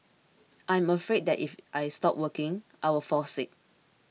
I am afraid that if I stop working I will fall sick